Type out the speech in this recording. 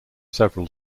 several